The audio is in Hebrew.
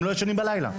הם לא ישנים בלילה.